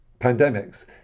pandemics